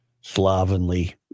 slovenly